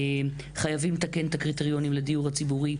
חייבים לתקן את הקריטריונים לדיור הציבורי,